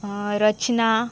रचना